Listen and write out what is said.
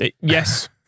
Yes